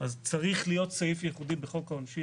אז צריך להיות סעיף ייחודי בחוק העונשין